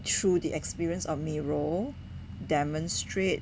through the experience of miro demonstrate